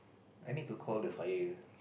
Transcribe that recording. I need to call the fire